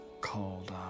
called